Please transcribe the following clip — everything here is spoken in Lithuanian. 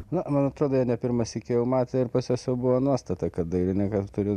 na man atrodo jie ne pirmąsyk jau matė ir pas juos jau buvo nuostata kad dailininkas turi